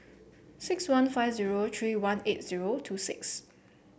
six one five zero three one eight zero two six